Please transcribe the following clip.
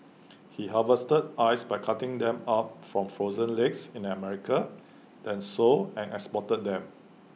he harvested ice by cutting them up from frozen lakes in America then sold and exported them